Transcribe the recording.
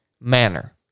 manner